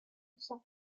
sault